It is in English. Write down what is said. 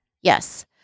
Yes